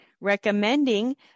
recommending